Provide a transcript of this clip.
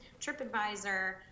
TripAdvisor